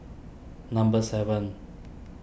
number seven